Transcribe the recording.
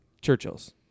Churchill's